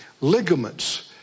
ligaments